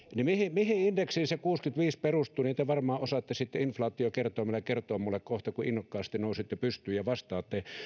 mihin indeksiin se kuusikymmentäviisi perustuu te varmaan osaatte sitten inflaatiokertoimella kertoa minulle kohta kun innokkaasti nousitte pystyyn ja vastaatte